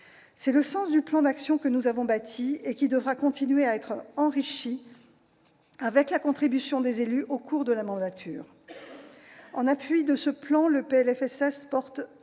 est le sens du plan d'action que nous avons bâti et qui devra continuer à être enrichi, avec la contribution des élus, au cours de la mandature. En appui de ce plan, le projet